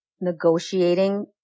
negotiating